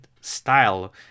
style